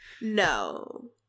No